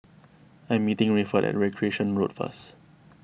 I am meeting Rayford at Recreation Road first